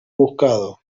buscado